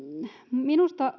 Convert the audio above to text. minusta